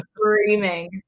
Screaming